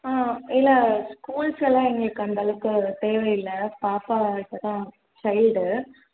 ஆ இல்லை ஸ்கூல்ஸெல்லாம் எங்களுக்கு அந்தளவுக்கு தேவையில்லை பாப்பா இப்போதான் சைல்டு